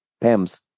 Pam's